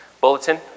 bulletin